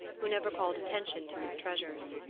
who never called attention to his treasures.